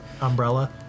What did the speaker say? umbrella